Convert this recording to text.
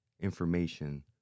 information